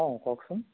অ' কওকচোন